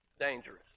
dangerous